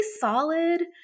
solid